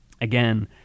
again